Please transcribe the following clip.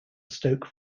stoke